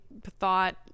thought